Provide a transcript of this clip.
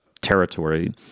territory